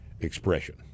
expression